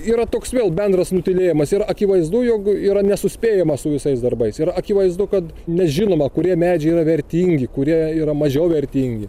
yra toks vėl bendras nutylėjimas ir akivaizdu jog yra nesuspėjama su visais darbais ir akivaizdu kad nežinoma kurie medžiai yra vertingi kurie yra mažiau vertingi